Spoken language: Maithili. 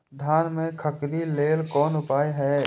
धान में खखरी लेल कोन उपाय हय?